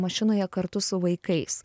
mašinoje kartu su vaikais